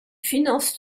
financent